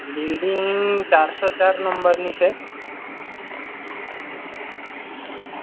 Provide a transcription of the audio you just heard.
building ચારસો ચાર નંબરની છે